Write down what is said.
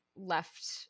left